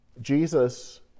Jesus